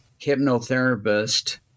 hypnotherapist